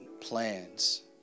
plans